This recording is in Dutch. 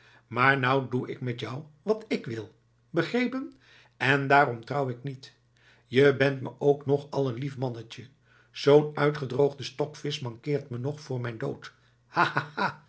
maar nou doe ik met jou wat ik wil begrepen en daarom trouw ik je niet je bent me ook nog al een lief mannetje zoo'n uitgedroogde stokvisch mankeert me nog voor mijn dood